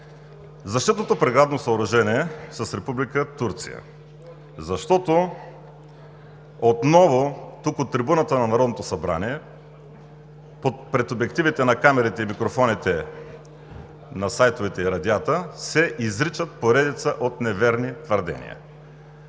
защитното преградно съоръжение с Република Турция. Защото отново тук, от трибуната на Народното събрание, пред обективите на камерите и микрофоните на сайтовете и радиата, се изричат поредица от неверни твърдения.